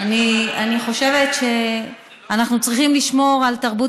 אני חושבת שאנחנו צריכים לשמור על תרבות